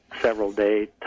several-day